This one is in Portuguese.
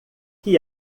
que